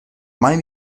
mai